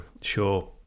Sure